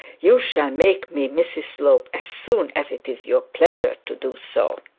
you shall make me mrs slope as soon as it is your pleasure to do so